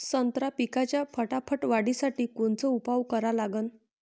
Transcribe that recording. संत्रा पिकाच्या फटाफट वाढीसाठी कोनचे उपाव करा लागन?